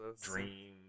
dream